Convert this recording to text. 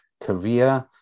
career